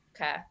okay